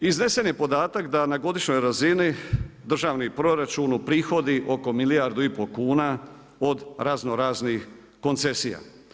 Iznesen je podatak da na godišnjoj razini državni proračun uprihodi oko milijardu i pol kuna od razno raznih koncesija.